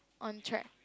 on track